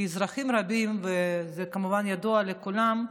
כי אזרחים רבים, וזה כמובן ידוע לכולם,